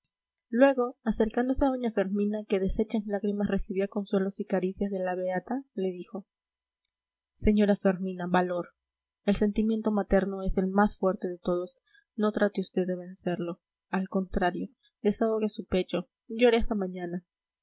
luego acercándose a doña fermina que deshecha en lágrimas recibía consuelos y caricias de la beata le dijo señora fermina valor el sentimiento materno es el más fuerte de todos no trate usted de vencerlo al contrario desahogue su pecho llore hasta mañana